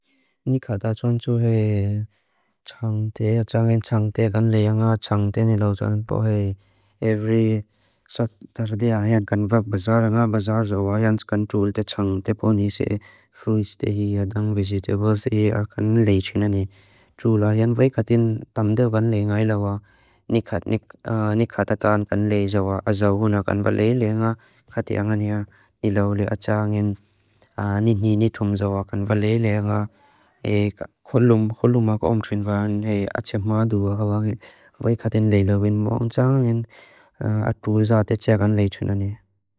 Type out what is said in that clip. Ní kátá tóntu hé txánté, atá ángén txánté kan léi ángá txánté niláu tóntu pó hé. Every satárdi ángá kan vák bazár ángá, bazár záu ángá yáns kan txúl te txánté pónísé, fruits te hí ádáng, vegetables te hí ákán léi txú náni. Txúl áhén vé kátín tamdé van léi ángá ilá wa ní kátá tán kan léi záu a záu ángá kan valéi léi ángá kátí ángán hé niláu léi atá ángén ní hí nítóm záu ákán valéi léi ángá hé kóllumá kóllumá kóom txú inván hé atxé maadú ángá vé kátín léi léi vén mó ángá atá ángén atú záate txé kan léi txú náni.